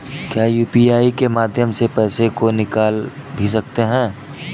क्या यू.पी.आई के माध्यम से पैसे को निकाल भी सकते हैं?